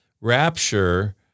rapture